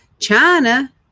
China